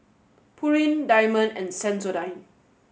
Pureen Diamond and Sensodyne